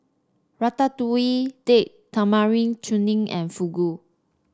Ratatouille Date Tamarind Chutney and Fugu